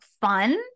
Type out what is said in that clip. fun